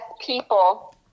people